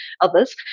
others